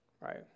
Right